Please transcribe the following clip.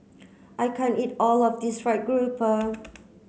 I can't eat all of this fried grouper